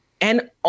and-